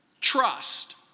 trust